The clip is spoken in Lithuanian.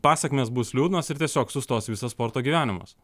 pasekmės bus liūdnos ir tiesiog sustos visas sporto gyvenimas